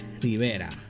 Rivera